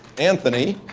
anthony,